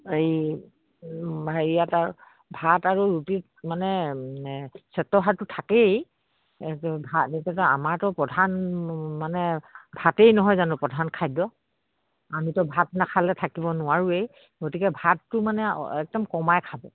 এই হেৰিয়াত আৰু ভাত আৰু ৰুটিত মানে শ্বেতসাৰটো থাকেই আমাৰতো প্ৰধান মানে ভাতেই নহয় জানো প্ৰধান খাদ্য আমিতো ভাত নাখালে থাকিব নোৱাৰোৱেই গতিকে ভাতটো মানে একদম কমাই খাব